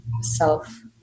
self